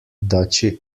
duchy